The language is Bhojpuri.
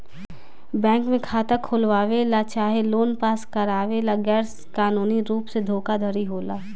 बैंक में खाता खोलवावे ला चाहे लोन पास करावे ला गैर कानूनी रुप से धोखाधड़ी होला